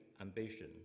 ambition